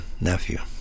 nephew